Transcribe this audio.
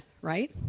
right